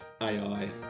AI